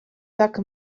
tak